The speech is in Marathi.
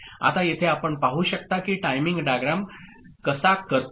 आता येथे आपण पाहू शकता की टाइमिंग डायग्राम कसा करतो